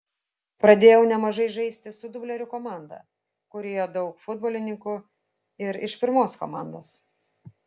pradėjau nemažai žaisti su dublerių komanda kurioje daug futbolininkų ir iš pirmos komandos